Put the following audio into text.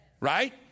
right